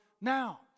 now